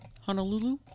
Honolulu